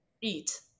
Eat